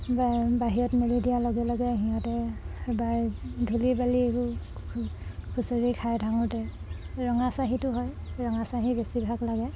বা বাহিৰত মেলি দিয়াৰ লগে লগে সিহঁতে বা ধূলি বালি এইবোৰ খুচৰি খাই থাকোঁতে ৰঙাচাহীটো হয় ৰঙাচাহী বেছিভাগ লাগে